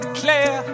clear